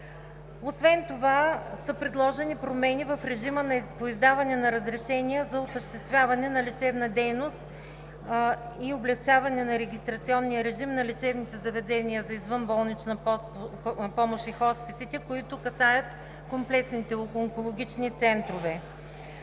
Освен това са предложени промени в режима по издаването на разрешения за осъществяване на лечебна дейност и облекчаване на регистрационния режим на лечебните заведения за извънболничната помощ и хосписите, които касаят комплексните онкологични центрове,